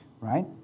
right